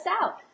out